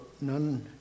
none